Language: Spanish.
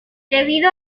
debido